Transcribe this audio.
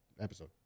episode